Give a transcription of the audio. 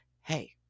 Hey